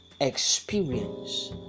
experience